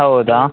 ಹೌದಾ